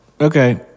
okay